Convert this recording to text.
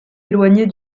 éloignés